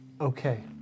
Okay